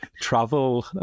travel